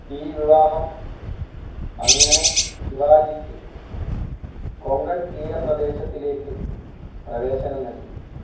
ഈ വിവാഹം അങ്ങനെ ശിവാജിക്ക് കൊങ്കൺതീരപ്രദേശത്തിലേക്ക് പ്രവേശനം നൽകി